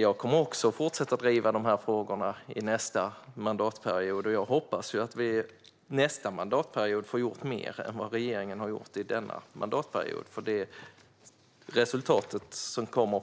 Jag kommer att fortsätta att driva de frågorna under nästa mandatperiod. Jag hoppas att vi under nästa mandatperiod får gjort mer än vad regeringen har gjort under denna mandatperiod. Resultatet